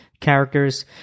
characters